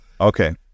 Okay